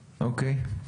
אוקיי.